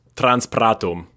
transpratum